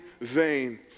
vain